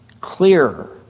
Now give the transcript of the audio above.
clearer